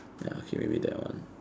ya okay maybe that one